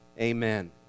Amen